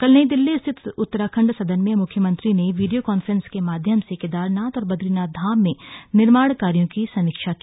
कल नई दिल्ली स्थित उत्तराखण्ड सदन में मुख्यमंत्री ने वीडियो कॉन्फ्रेंस के माध्यम से केदारनाथ और बदरीनाथ धाम में निर्माण कार्यो की समीक्षा की